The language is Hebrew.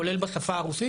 כולל רוסית.